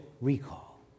recall